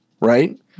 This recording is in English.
right